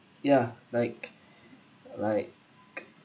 ya like like